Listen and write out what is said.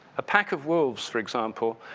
a pack of wolves, for example,